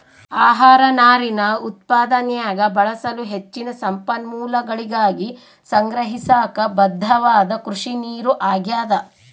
ಆಹಾರ ನಾರಿನ ಉತ್ಪಾದನ್ಯಾಗ ಬಳಸಲು ಹೆಚ್ಚಿನ ಸಂಪನ್ಮೂಲಗಳಿಗಾಗಿ ಸಂಗ್ರಹಿಸಾಕ ಬದ್ಧವಾದ ಕೃಷಿನೀರು ಆಗ್ಯಾದ